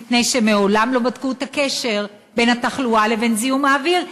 מפני שמעולם לא בדקו את הקשר בין התחלואה לבין זיהום האוויר.